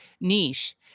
niche